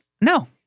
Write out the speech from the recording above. no